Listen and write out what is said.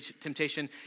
temptation